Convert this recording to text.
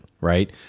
right